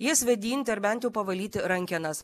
jas vėdinti ar bent jau pavalyti rankenas